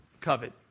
covet